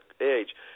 age